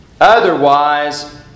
Otherwise